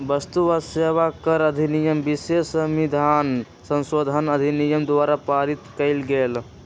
वस्तु आ सेवा कर अधिनियम विशेष संविधान संशोधन अधिनियम द्वारा पारित कएल गेल